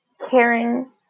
caring